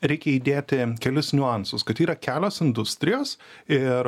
reikia įdėti kelis niuansus kad yra kelios industrijos ir